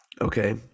Okay